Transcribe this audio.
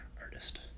artist